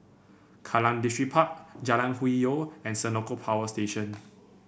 Kallang Distripark Jalan Hwi Yoh and Senoko Power Station